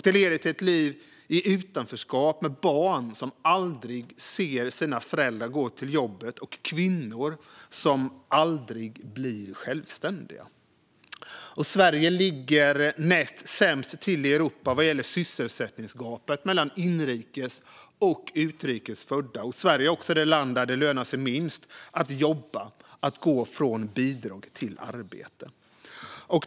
Det leder till ett liv i utanförskap med barn som aldrig ser sina föräldrar gå till jobbet och kvinnor som aldrig blir självständiga. Sverige ligger näst sämst till i Europa vad gäller sysselsättningsgapet mellan inrikes och utrikes födda. Sverige är också det land där det lönar sig minst att jobba och gå från bidrag till arbete.